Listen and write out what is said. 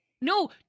No